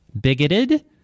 bigoted